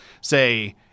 say